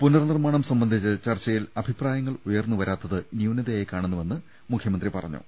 പുനർനിർമ്മാണം സംബന്ധിച്ച് ചർച്ചയിൽ അഭിപ്രായങ്ങൾ ഉയർന്നുവരാത്തത് ന്യൂനതയായി കാണുന്നുവെന്നും അദ്ദേഹം പറഞ്ഞു